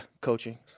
coaching